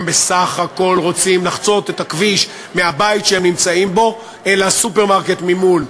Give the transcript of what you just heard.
הם בסך הכול רוצים לחצות את הכביש מהבית שהם גרים בו אל הסופרמרקט ממול.